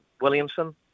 Williamson